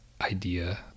idea